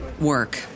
work